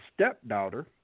stepdaughter